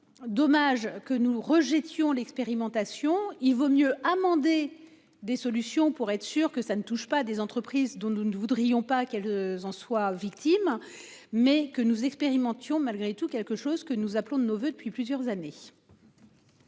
Dommage que nous rejette l'expérimentation, il vaut mieux. Des solutions pour être sûr que ça ne touche pas des entreprises dont nous ne voudrions pas qu'elles en soient victimes mais que nous expérimentions malgré tout quelque chose que nous appelons de nos voeux depuis plusieurs années.